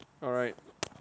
hi